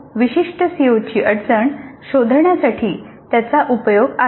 परंतु विशिष्ट सीओची अडचण शोधण्यासाठी त्याचा उपयोग आहे